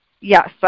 yes